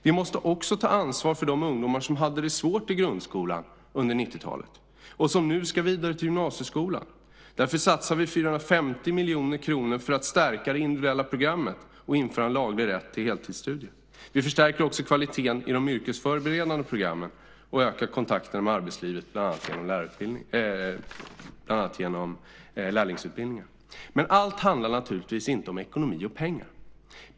Vi måste också ta ansvar för de ungdomar som hade det svårt i grundskolan under 90-talet och som nu ska vidare till gymnasieskolan. Därför satsar vi 450 miljoner kronor för att stärka det individuella programmet och införa en laglig rätt till heltidsstudier. Vi förstärker också kvaliteten i de yrkesförberedande programmen och ökar kontakterna med arbetslivet, bland annat genom lärlingsutbildningar. Men allt handlar naturligtvis inte om ekonomi och pengar.